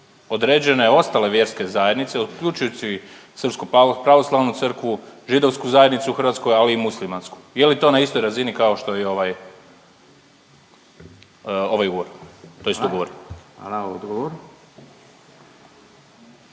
određene ostale vjerske zajednice, uključujući Srpsku pravoslavnu Crkvu, židovsku zajednicu u Hrvatskoj, ali i muslimansku. Je li to na istoj razini, kao što je i ovaj ugovor tj. ugovor.